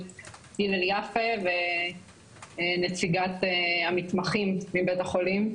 הילל יפה ונציגת המתמחים מבית החולים.